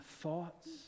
thoughts